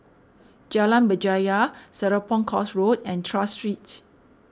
Jalan Berjaya Serapong Course Road and Tras Street